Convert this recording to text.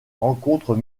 rencontres